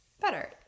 better